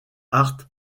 hart